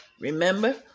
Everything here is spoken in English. Remember